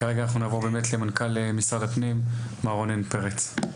כרגע אנחנו נעבור באמת למנכ"ל משרד הפנים מר רונן פרץ,